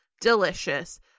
Delicious